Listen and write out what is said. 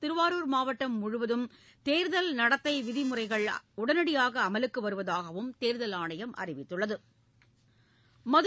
திருவாரூர் மாவட்டம் முழுவதும் தேர்தல் நடத்தி விதிகள் உடனடியாக அமலுக்கு வருவதாகவும் தேர்தல் ஆணையம் அறிவித்துள்ளது